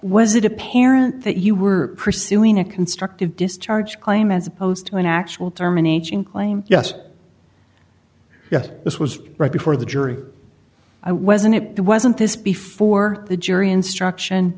was it apparent that you were pursuing a constructive discharge claim as opposed to an actual terminating claim yes yes this was right before the jury i wasn't it wasn't this before the jury instruction